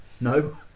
No